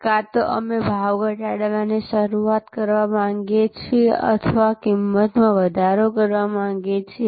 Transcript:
કાં તો અમે ભાવ ઘટાડવાની શરૂઆત કરવા માંગીએ છીએ અથવા અમે કિંમતમાં વધારો કરવા માંગીએ છીએ